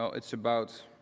so it's about